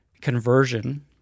conversion